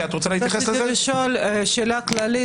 אני רוצה לשאול שאלה כללית,